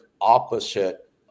opposite